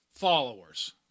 Followers